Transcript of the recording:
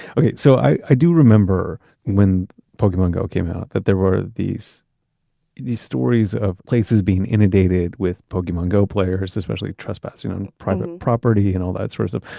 okay, so i do remember when pokemon go came out, that there were these these stories of places being inundated with pokemon go players, especially trespassing on private and property and all that sorts of,